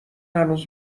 هنوز